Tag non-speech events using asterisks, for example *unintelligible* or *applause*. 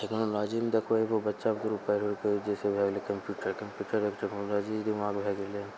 टेक्नोलॉजीमे देखहो एगो बच्चा ग्रुप *unintelligible* जैसे भए गेलै कम्प्यूटर कम्प्यूटर एक टेक्नोलॉजी दिमाग भए गेलै